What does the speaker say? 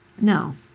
No